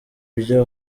byo